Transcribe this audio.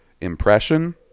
impression